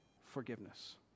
Forgiveness